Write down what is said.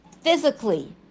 physically